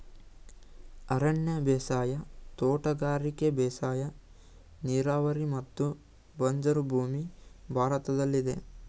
ಅರಣ್ಯ ಬೇಸಾಯ, ತೋಟಗಾರಿಕೆ ಬೇಸಾಯ, ನೀರಾವರಿ ಮತ್ತು ಬಂಜರು ಭೂಮಿ ಭಾರತದಲ್ಲಿದೆ